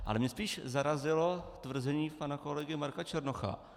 Ale mě spíš zarazilo tvrzení pana kolegy Marka Černocha.